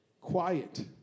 Quiet